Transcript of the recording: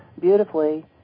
beautifully